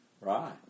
right